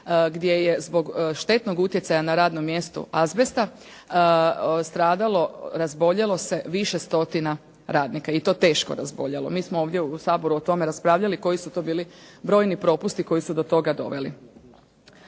gdje je zbog štetnog utjecaja na radnom mjestu azbesta stradalo, razboljelo se više stotina radnika i to teško razboljelo. Mi smo ovdje u Saboru o tome raspravljali koji su to bili brojni propusti koji su do toga doveli.